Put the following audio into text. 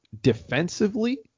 defensively